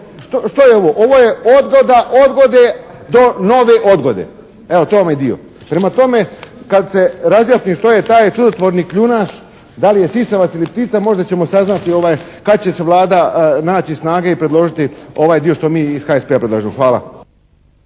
što je ovo? Ovo je odgoda odgode do nove odgode. Evo, to vam je … /Govornik se ne razumije./. Prema tome, kad se razjasni što je taj čudotvorni kljunaš, da li je sisavac ili ptica, možda ćemo saznati kad će se Vlada naći snage i predložiti ovaj dio što mi iz HSP-a predlažemo. Hvala.